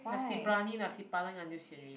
nasi-biryani nasi-padang eat until sian already